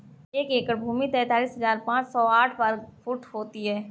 एक एकड़ भूमि तैंतालीस हज़ार पांच सौ साठ वर्ग फुट होती है